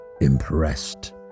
impressed